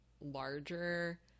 larger